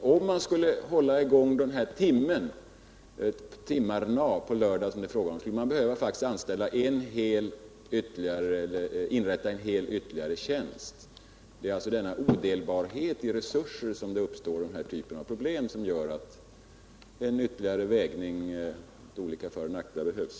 För att sköta tullkontrollen de timmar på lördagar som det är fråga om skulle man faktiskt behöva inrätta en hel tjänst. Genom denna odelbarhet i resurserna uppstår den typ av problem som gör att en ytterligare vägning av föroch nackdelar behövs.